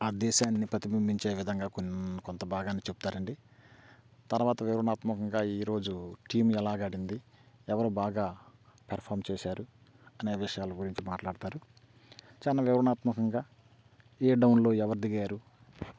ఆ దేశాన్ని ప్రతిభింభించే విధంగా కొన్ కొంత భాగాన్ని చెప్తారండి తర్వాత వివరణాత్మకంగా ఈరోజు టమ్ ఎలాగా ఆడింది ఎవరు బాగా పెర్ఫామ్ చేశారు అనే విషయాల గురించి మాట్లాడతారు చాల వివరణాత్మకంగా ఏ డౌన్లో ఎవరు దిగారు